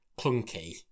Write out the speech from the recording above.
clunky